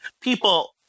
people